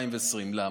למה?